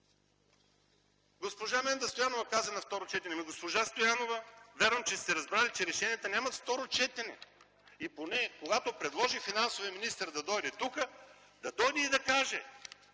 Госпожа Менда Стоянова каза: на второ четене. Ами, госпожа Стоянова, вярвам че сте разбрали, че решенията нямат второ четене. И поне, когато предложи финансовият министър да дойде тук, да дойде и да каже: